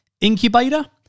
incubator